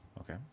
Okay